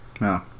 no